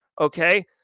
okay